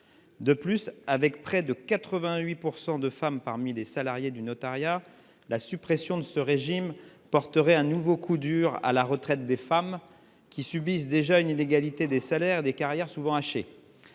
De plus, avec près de 88 % de femmes parmi les salariés du notariat, la suppression de ce régime porterait un nouveau coup dur à la retraite des femmes, qui subissent déjà une inégalité de salaire et des carrières souvent hachées.